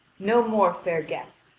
no more, fair guest,